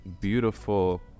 beautiful